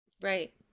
Right